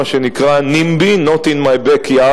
מה שנקרא "NIMBY" not in my back yard.